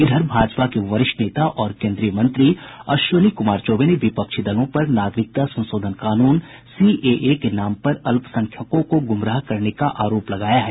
उधर भाजपा के वरिष्ठ नेता और केन्द्रीय मंत्री अश्विनी कुमार चौबे ने विपक्षी दलों पर नागरिकता संशोधन कानून सीएए के नाम पर अल्पसंख्यकों को गूमराह करने का आरोप लगाया है